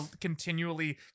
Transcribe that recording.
continually